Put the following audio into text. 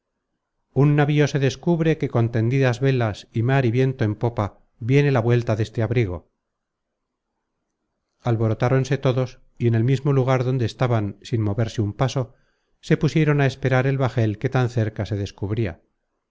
un navío se descubre que con tendidas velas y mar y viento en popa viene la vuelta deste abrigo alborotáronse todos y en el mismo lugar donde estaban sin moverse un paso se pusieron a esperar el bajel que tan cerca se descubria